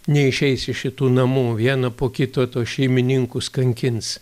neišeis iš šitų namų vieną po kito tuos šeimininkus kankins